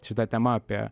šita tema apie